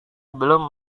belum